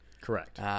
Correct